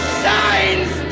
signs